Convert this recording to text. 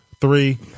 Three